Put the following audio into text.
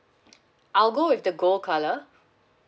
I'll go with the gold colour